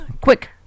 quick